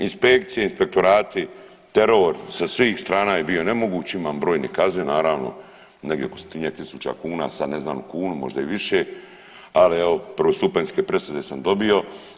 Inspekcije, inspektorati, teror sa svih strana je bio nemoguć imam brojne kazne naravno negdje oko 100-njak tisuća kuna, sad ne znam u kunu možda i više, ali evo prvostupanjske presude sam dobio.